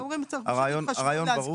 הרעיון ברור.